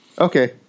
Okay